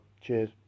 Cheers